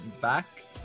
back